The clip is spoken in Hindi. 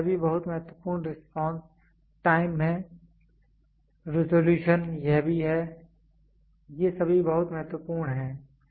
तो यह भी बहुत महत्वपूर्ण रिस्पांस टाइम है रेजोल्यूशन यह भी है ये सभी बहुत महत्वपूर्ण हैं